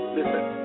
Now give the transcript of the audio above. Listen